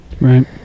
Right